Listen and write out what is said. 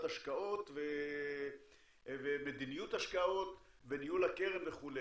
השקעות ומדיניות השקעות וניהול הקרן וכו',